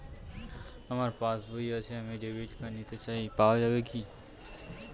আমার পাসবই আছে আমি ডেবিট কার্ড নিতে চাই পাওয়া যাবে কি?